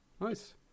Nice